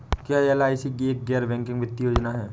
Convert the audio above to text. क्या एल.आई.सी एक गैर बैंकिंग वित्तीय योजना है?